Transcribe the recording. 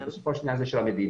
בסופו של דבר זה של המדינה,